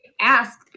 ask